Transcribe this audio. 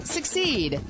Succeed